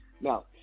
Now